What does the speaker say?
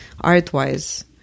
art-wise